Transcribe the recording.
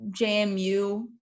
JMU